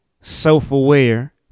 self-aware